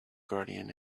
guardian